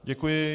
Děkuji.